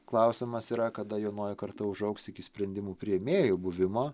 klausimas yra kada jaunoji karta užaugs iki sprendimų priėmėjų buvimo